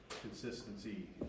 consistency